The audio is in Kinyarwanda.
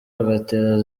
agatera